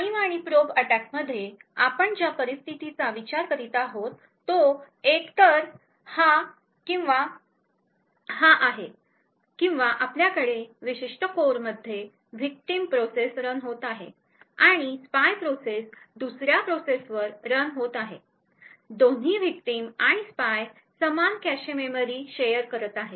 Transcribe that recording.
prime आणि probe attack मध्ये आपण ज्या परिस्थितीचा विचार करीत आहोत तो एकतर हा किंवा हा आहे किंवा आपल्याकडे विशिष्ट कोअरमध्ये विक्टिम प्रोसेस रन होत आहे आणि स्पाय प्रोसेस दुसऱ्या प्रोसेसर रन होत आहे दोन्ही विक्टिम आणि स्पाय समान कॅशे मेमरी शेअर् करत आहेत